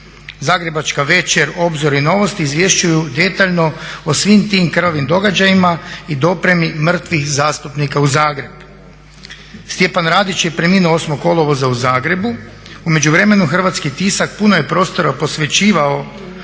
Zagrebačka Večer, Obzor i Novosti izvješćuju detaljno o svim tim krvavim događajima i dopremi mrtvih zastupnika u Zagreb. Stjepan Radić je preminuo 8.kolovoza u Zagrebu. U međuvremenu hrvatski tisak puno je prostora posvećivao